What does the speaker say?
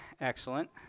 Excellent